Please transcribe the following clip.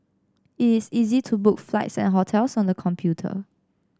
it is easy to book flights and hotels on the computer